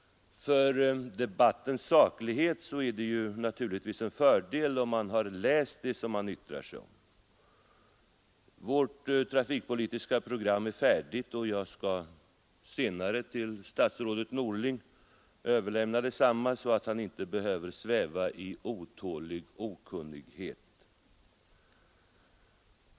För debattens saklighet är det naturligtvis en fördel om man har läst det som man yttrar sig om. Vårt trafikpolitiska program är färdigt, och jag skall senare till statsrådet Norling överlämna det, så att han inte behöver sväva i otålig okunnighet.